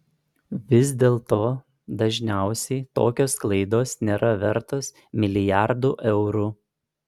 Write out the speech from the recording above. vis dėlto dažniausiai tokios klaidos nėra vertos milijardų eurų